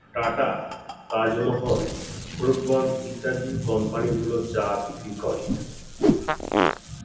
tata, Taj Mahal, Brooke Bond ইত্যাদি কোম্পানিগুলো চা বিক্রি করে